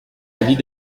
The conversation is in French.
avis